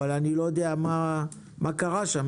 אבל אני לא יודע מה קרה שם.